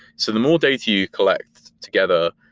so the more data you collect together,